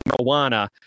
marijuana